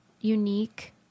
unique